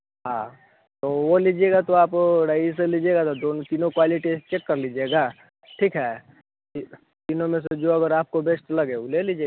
हाँ तो वह लीजिएगा तो आप रईस लीजिएगा तो दो तीनों क्वालिटी चेक कर लीजिएगा ठीक हैं तीन तीनों में से जो अगर आपको बेस्ट लगे वह ले लीजिएगा